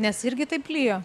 nes irgi taip lijo